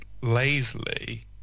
lazily